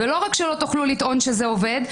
ולא רק שלא תוכלו לטעון שזה עובד,